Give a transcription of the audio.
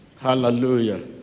Hallelujah